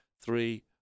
three